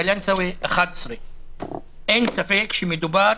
בקלנסואה 11%. אין ספק שמדובר